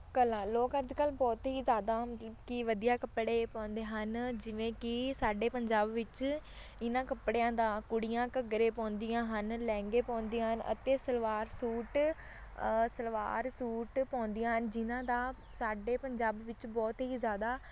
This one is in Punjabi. ਕਲਾ ਲੋਕ ਅੱਜ ਕੱਲ੍ਹ ਬਹੁਤ ਹੀ ਜ਼ਿਆਦਾ ਮਤਲਬ ਕਿ ਵਧੀਆ ਕੱਪੜੇ ਪਾਉਂਦੇ ਹਨ ਜਿਵੇਂ ਕਿ ਸਾਡੇ ਪੰਜਾਬ ਵਿੱਚ ਇਹਨਾਂ ਕੱਪੜਿਆਂ ਦਾ ਕੁੜੀਆਂ ਘੱਗਰੇ ਪਾਉਂਦੀਆਂ ਹਨ ਲਹਿੰਗੇ ਪਾਉਂਦੀਆਂ ਹਨ ਅਤੇ ਸਲਵਾਰ ਸੂਟ ਸਲਵਾਰ ਸੂਟ ਪਾਉਂਦੀਆਂ ਹਨ ਜਿਨ੍ਹਾਂ ਦਾ ਸਾਡੇ ਪੰਜਾਬ ਵਿੱਚ ਬਹੁਤ ਹੀ ਜ਼ਿਆਦਾ